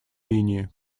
линии